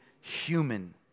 human